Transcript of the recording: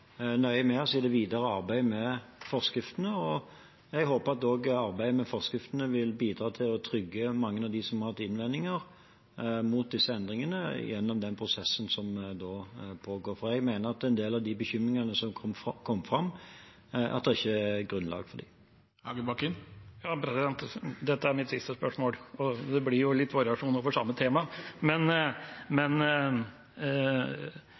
med oss i det videre arbeidet med forskriften. Jeg håper at arbeidet med forskriften også vil bidra til å trygge mange av dem som har hatt innvendinger mot disse endringene, gjennom den prosessen som nå pågår, for jeg mener at det ikke er grunnlag for en del av de bekymringene som har kommet fram. Dette er mitt siste spørsmål, og det blir litt variasjon over samme tema.